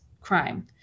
crime